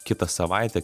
kitą savaitę